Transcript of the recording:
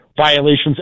Violations